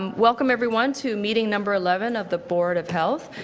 um welcome everyone to meeting number eleven of the board of health.